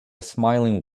smiling